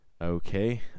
Okay